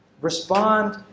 respond